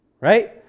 Right